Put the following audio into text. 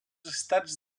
estats